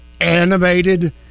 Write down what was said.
animated